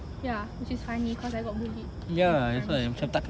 ya which is funny cause I got bullied in primary school